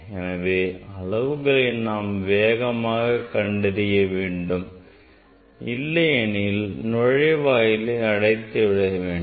எனவே அளவுகளை நாம் வேகமாக கண்டறிய வேண்டும் இல்லையெனில் நுழைவாயிலை அடைத்து விட வேண்டும்